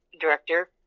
director